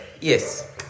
Yes